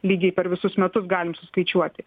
lygiai per visus metus galim suskaičiuoti